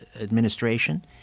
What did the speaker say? administration